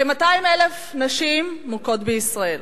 כ-200,000 נשים מוכות בישראל,